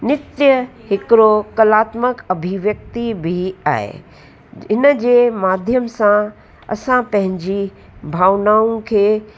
नित्य हिकिड़ो कलात्मक अभिव्यक्ति बि आहे हिनजे माध्यम सां असां पंहिंजी भावनाउनि खे